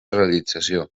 realització